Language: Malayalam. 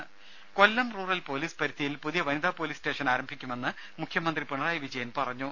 രുമ കൊല്ലം റൂറൽ പൊലീസ് പരിധിയിൽ പുതിയ വനിതാ പൊലിസ് സ്റ്റേഷൻ ആരംഭിക്കുമെന്ന് മുഖ്യമന്ത്രി പിണറായി വിജയൻ പറഞ്ഞു